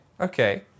Okay